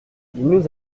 nous